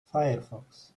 firefox